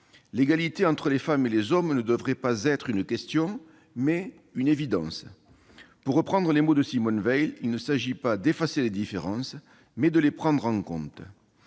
L'égalité entre les femmes et les hommes devrait être non pas une question, mais une évidence. Pour reprendre les mots de Simone Veil, il s'agit non pas d'effacer les différences, mais de les prendre en compte.